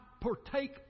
partake